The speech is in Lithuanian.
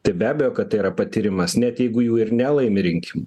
tai be abejo kad tai yra patyrimas net jeigu jų ir nelaimi rinkimų